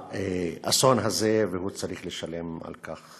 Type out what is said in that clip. לאסון הזה, והוא צריך לשלם על כך.